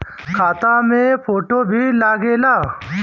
खाता मे फोटो भी लागे ला?